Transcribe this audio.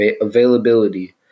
availability